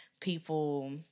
People